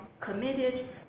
committed